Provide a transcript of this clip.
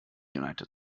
united